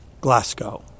Glasgow